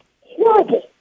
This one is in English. horrible